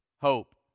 hope